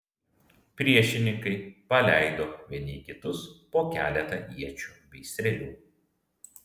priešininkai paleido vieni į kitus po keletą iečių bei strėlių